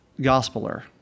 gospeler